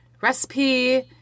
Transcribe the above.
recipe